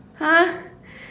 !huh!